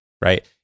right